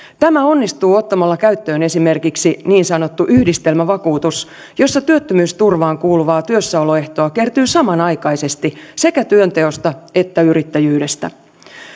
tämä onnistuu ottamalla käyttöön esimerkiksi niin sanottu yhdistelmävakuutus jossa työttömyysturvaan kuuluvaa työssäoloehtoa kertyy samanaikaisesti sekä työnteosta että yrittäjyydestä